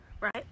right